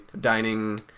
dining